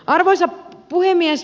arvoisa puhemies